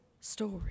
story